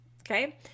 Okay